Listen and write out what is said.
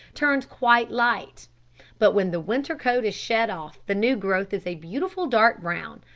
turns quite light but when the winter coat is shed off the new growth is a beautiful dark brown,